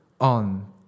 on